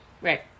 right